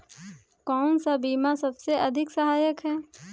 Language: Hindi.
कौन सा बीमा सबसे अधिक सहायक है?